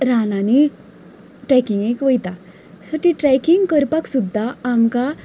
रानांनी ट्रेकींगेक वयता सो ते ट्रेकींग करपाक सुद्धा आमकां